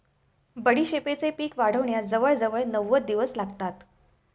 बडीशेपेचे पीक वाढण्यास जवळजवळ नव्वद दिवस लागतात